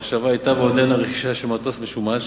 המחשבה היתה ועודנה רכישה של מטוס משומש.